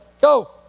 Go